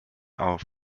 auf